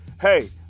Hey